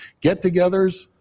get-togethers